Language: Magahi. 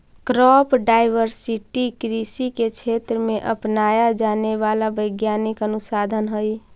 क्रॉप डायवर्सिटी कृषि के क्षेत्र में अपनाया जाने वाला वैज्ञानिक अनुसंधान हई